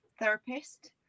therapist